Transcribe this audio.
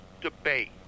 debate